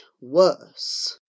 worse